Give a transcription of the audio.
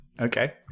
Okay